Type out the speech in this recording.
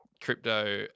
crypto